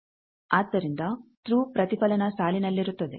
ಆದ್ದರಿಂದ ಥ್ರೂ ಪ್ರತಿಫಲನ ಸಾಲಿನಲ್ಲಿರುತ್ತದೆ